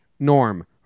Norm